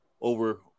over